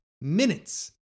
minutes